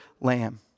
lamb